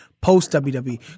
Post-WWE